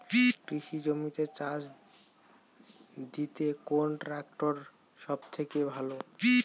কৃষি জমিতে চাষ দিতে কোন ট্রাক্টর সবথেকে ভালো?